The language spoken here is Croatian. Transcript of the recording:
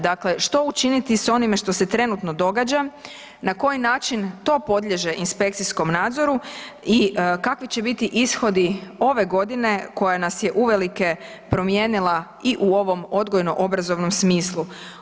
Dakle, što učiniti sa onime što se trenutno događa, na koji način to podliježe inspekcijskom nadzoru i kakvi će biti ishodi ove godine koja nas je uvelike promijenila i u ovom odgojno-obrazovnom smislu?